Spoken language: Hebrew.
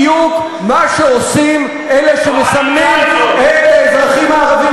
וזה בדיוק מה שעושים אלה שמסמנים את האזרחים הערבים